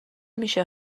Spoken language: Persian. میشه